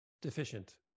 deficient